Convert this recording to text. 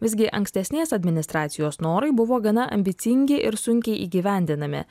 visgi ankstesnės administracijos norai buvo gana ambicingi ir sunkiai įgyvendinami